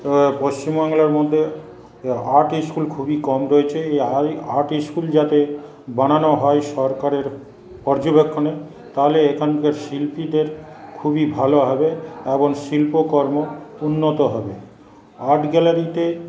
পশ্চিমবাংলার মধ্যে art school খুবই কম রয়েছে এই আর্ট স্কুল যাতে বানানো হয় সরকারের পর্যবেক্ষণে তাহলে এখানকার শিল্পীদের খুবই ভালো হবে এবং শিল্পকর্ম উন্নত হবে আর্ট গ্যালারিতে